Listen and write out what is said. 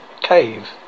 Cave